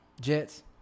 Jets